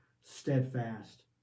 steadfast